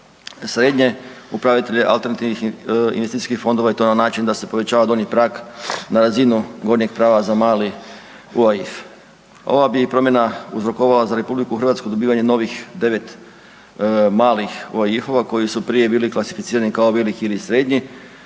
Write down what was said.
srednje upravitelje alternativnih investicijskih fondova i to na način da se povećava donji prag na razinu gornjeg praga za mali UAIF. Ova bi promjena uzrokovala za RH dobivanje novih devet malih UAIF-ova koji su prije klasificirani kao veliki ili srednji,